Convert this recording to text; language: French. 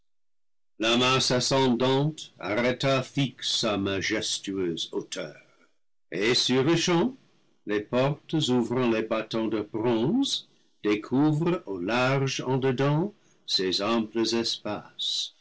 ascendante arrêta fixe sa majestueuse hauteur et sur-le-champ les portes ouvrant les battants de bronze découvrent au large en dedans ses amples espaces